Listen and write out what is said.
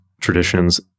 traditions